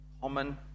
common